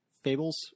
Fables